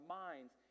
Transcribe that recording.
minds